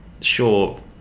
Sure